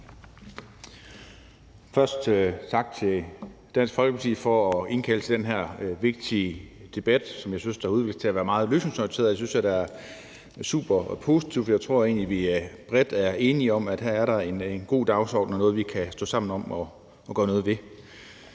Først tak til Dansk Folkeparti for at indkalde til den her vigtige debat, som jeg synes har udviklet sig til at være meget løsningsorienteret. Det synes jeg da er superpositivt. Jeg tror egentlig, at vi bredt er enige om, at der her er en god dagsorden og noget, vi kan stå sammen om at gøre noget ved.